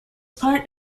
part